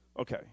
Okay